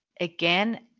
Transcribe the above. again